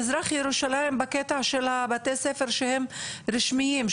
מזרח ירושלים בקטע של בתי הספר שהם רשמיים,